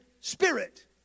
spirit